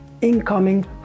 incoming